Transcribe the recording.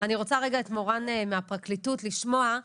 אני רוצה רגע את מורן מהפרקליטות, לשמוע.